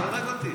זה הורג אותי.